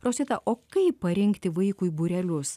rosita o kaip parinkti vaikui būrelius